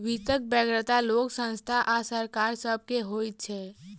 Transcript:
वित्तक बेगरता लोक, संस्था आ सरकार सभ के होइत छै